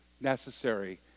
necessary